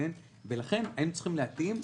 ולכן היינו צריכים להתאים,